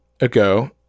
ago